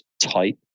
type